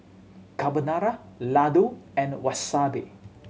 Carbonara Ladoo and Wasabi